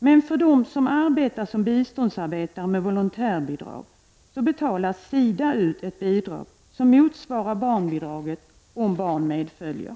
Men för dem som arbetar som biståndsarbetare med volontärbidrag betalar SIDA ut ett bidrag som motsvarar barnbidraget om barn medföljer.